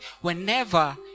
whenever